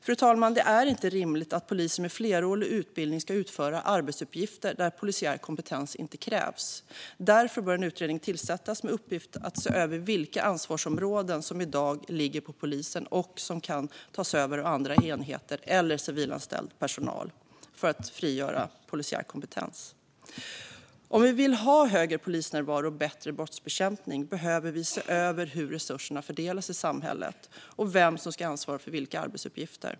Fru talman! Det är inte rimligt att poliser med flerårig utbildning ska utföra arbetsuppgifter där polisiär kompetens inte krävs. Därför bör en utredning tillsättas med uppgift att se över vilka ansvarsområden som i dag ligger på polisen och som kan tas över av andra enheter eller civilanställd personal för att frigöra polisiär kompetens. Om vi vill ha högre polisnärvaro och bättre brottsbekämpning behöver vi se över hur resurserna fördelas i samhället och vem som ska ansvara för vilka arbetsuppgifter.